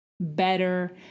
better